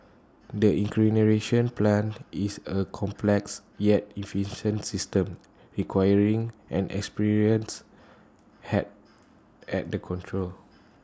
the incineration plant is A complex yet efficient system requiring an experienced hand at the controls